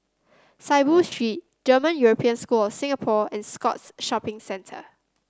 Saiboo Street German European School Singapore and Scotts Shopping Centre